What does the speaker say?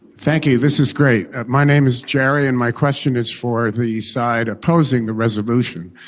thank you. this is great. my name is gerry, and my question is for the side opposing the resolution.